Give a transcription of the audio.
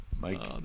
Mike